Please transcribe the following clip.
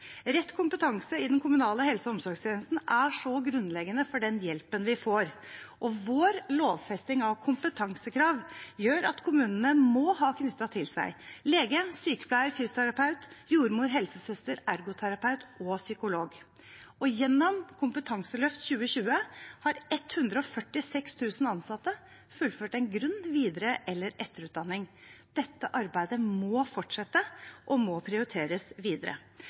Rett kompetanse i den kommunale helse- og omsorgstjenesten er så grunnleggende for den hjelpen vi får. Vår lovfesting av kompetansekrav gjør at kommunene må ha knyttet til seg lege, sykepleier, fysioterapeut, jordmor, helsesøster, ergoterapeut og psykolog. Gjennom Kompetanseløft 2020 har 146 000 ansatte fullført en grunn-, videre- eller etterutdanning. Dette arbeidet må fortsette og må prioriteres videre.